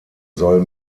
soll